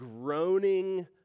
groaning